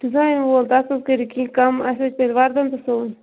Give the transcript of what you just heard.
design وول تَتھ حظ کٔرِو کیٚنٛہہ کَم اَسہِ حظ تیٚلہِ وردن تہِ سُوُن